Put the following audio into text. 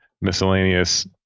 miscellaneous